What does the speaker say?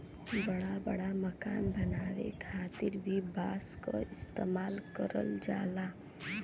बड़ा बड़ा मकान बनावे खातिर भी बांस क इस्तेमाल करल जाला